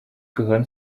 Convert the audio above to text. gehören